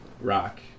Rock